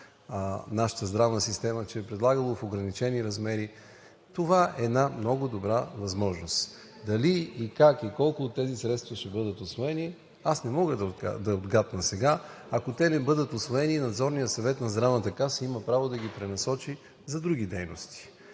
нашата здравна система, че е предлагано в ограничени размери. Това е една много добра възможност. Дали и как, и колко от тези средства ще бъдат усвоени? Аз не мога да отгатна сега. Ако те не бъдат усвоени Надзорният съвет на Здравната каса има право да ги пренасочи за други дейности.